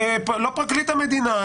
לא פרקליט המדינה,